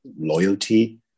loyalty